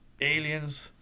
aliens